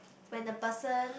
when the person